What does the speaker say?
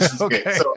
Okay